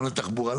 גם לתחבורה,